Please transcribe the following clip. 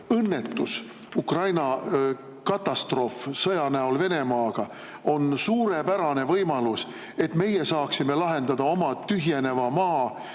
õnnetus, Ukraina katastroof sõja näol Venemaaga on suurepärane võimalus, et meie saaksime lahendada oma tühjeneva maa